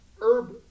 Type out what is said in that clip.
Herb